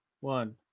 one